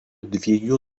dviejų